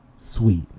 sweet